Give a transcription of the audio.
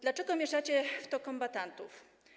Dlaczego mieszacie w to kombatantów?